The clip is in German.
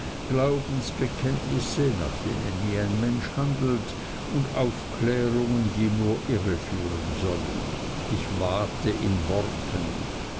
glaubensbekenntnisse nach denen nie ein mensch handelt und aufklärungen die nur irre führen sollen ich wate in worten